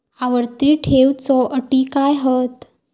आवर्ती ठेव च्यो अटी काय हत?